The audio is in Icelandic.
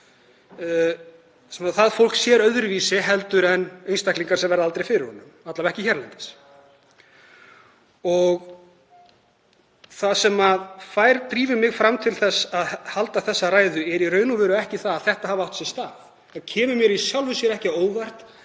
rasisma sér öðruvísi en einstaklingar sem verða aldrei fyrir honum, alla vega ekki hérlendis. Það sem drífur mig til þess að halda þessa ræðu er í raun og veru ekki það að þetta hafi átt sér stað. Það kemur mér í sjálfu sér ekki á óvart